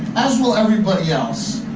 as will everybody else.